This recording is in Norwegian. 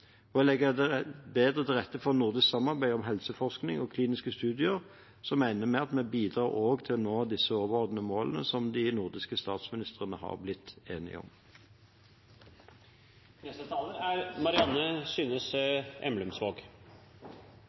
bedre til rette for nordisk samarbeid om helseforskning og kliniske studier, mener vi at vi også bidrar til å nå disse overordnede målene, som de nordiske statsministrene har blitt enige om.